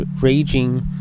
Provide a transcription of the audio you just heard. raging